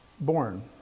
born